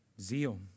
zeal